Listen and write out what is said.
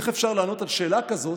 איך אפשר לענות על שאלה כזו